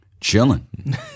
Chilling